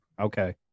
Okay